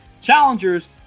Challengers